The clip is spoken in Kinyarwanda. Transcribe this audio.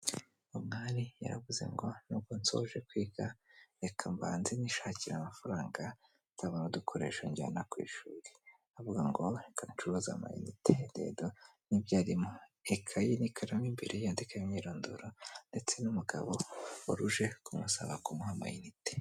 Umwali yaravuze ngo nubwo nsoje kwiga reka mbanze nishakire amafaranga nzabonadukoreshasho njyana ku ishuri. Avuga ngo reka ncuruze ama inite, dore ubu nibyo arimo. Ikayi n'ikaramo imbere yandika imyirondoro, ndetse n'umugabo wari uje kumusaba kumuha ama inite.